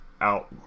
out